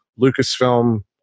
Lucasfilm